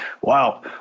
Wow